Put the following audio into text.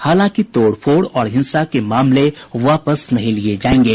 हालांकि तोड़फोड़ और हिंसा के मामले वापस नहीं लिये जायेंगे